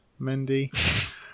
Mendy